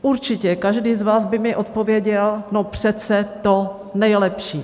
Určitě každý z vás by mi odpověděl, no přece to nejlepší.